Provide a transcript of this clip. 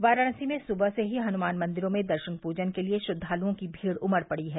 वाराणसी में सुबह से ही हनुमान मंदिरों में दर्शन पूजन के लिये श्रद्वालुओं की भीड़ उमड़ पड़ी है